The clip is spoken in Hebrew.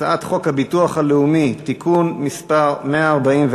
הצעת חוק הביטוח הלאומי (תיקון מס' 144)